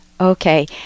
Okay